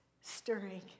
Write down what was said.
stirring